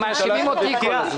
אנשים אומרים "לא"